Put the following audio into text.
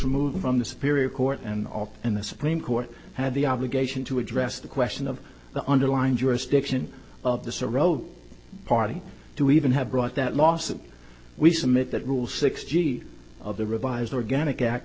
removed from the spirit of court and of and the supreme court have the obligation to address the question of the underlying jurisdiction of the sirocco party to even have brought that lawsuit we submit that rule sixteen of the revised organic act